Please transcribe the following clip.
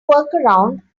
workaround